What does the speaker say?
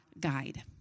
guide